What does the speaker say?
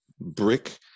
brick